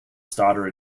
starter